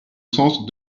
sens